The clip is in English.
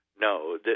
No